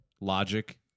logic